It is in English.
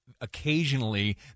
occasionally